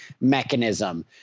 mechanism